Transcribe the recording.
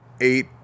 eight